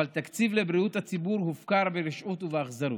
אבל תקציב לבריאות הציבור הופקר ברשעות ובאכזריות.